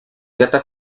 dieta